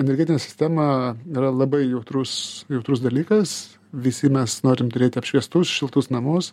energetinė sistema yra labai jautrus jautrus dalykas visi mes norim turėti apšviestus šiltus namus